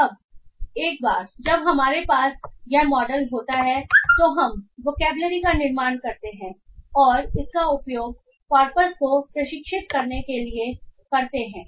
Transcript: अब एक बार जब हमारे पास यह मॉडल होता है तो हम वोकैबलरी का निर्माण करते हैं और हम इसका उपयोग कॉर्पस को प्रशिक्षित करने के लिए करते हैं